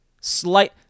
slight